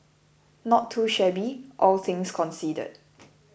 not too shabby all things considered